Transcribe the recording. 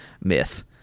myth